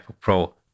pro